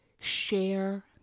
share